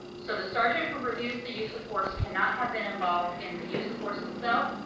so the sergeant who reviews the use of force cannot have been involved in the use of force itself,